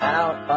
out